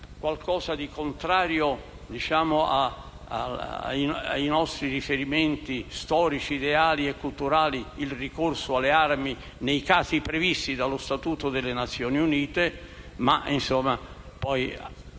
qualcosa di contrario ai nostri riferimenti storici, ideali e culturali il ricorso alle armi nei casi previsti dallo Statuto delle Nazioni Unite. Generare